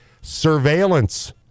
surveillance